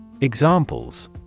Examples